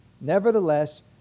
Nevertheless